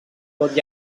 tot